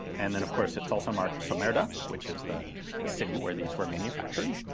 and then of course, it's also marked sommerda, which is the the city where these were manufactured.